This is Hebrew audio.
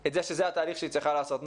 את זה שזה התהליך שהם צריכים לעשות.